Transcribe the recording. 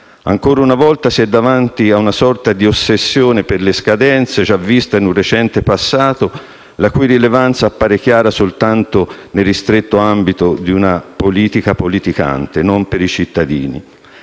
Ancora una volta si è davanti a una sorta di ossessione per le scadenze, già vista in un recente passato, la cui rilevanza appare chiara soltanto nel ristretto ambito di una politica politicante, non per i cittadini.